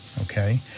Okay